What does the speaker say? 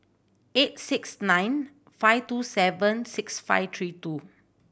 eight six nine five two seven six five three two